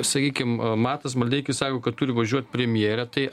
sakykim matas maldeikis sako kad turi važiuot premjerė tai